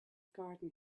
garden